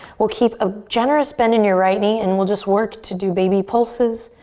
we'll keep a generous bend in your right knee and we'll just work to do baby pulses.